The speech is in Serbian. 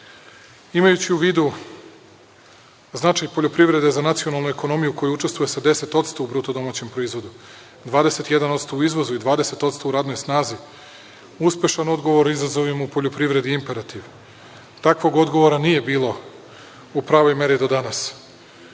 u vidu značaj poljoprivrede za nacionalnu ekonomiju u kojoj učestvuje sa 10% u BDP-u, 21% u izvozu i 20% u radnoj snazi, uspešan odgovor izazovima u poljoprivredi je imperativ. Takvog odgovora nije bilo u pravoj meri do danas.